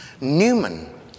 Newman